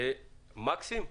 מקסים,